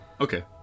okay